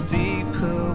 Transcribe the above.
deeper